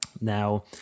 now